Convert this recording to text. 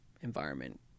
environment